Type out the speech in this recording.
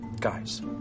Guys